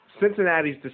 cincinnati's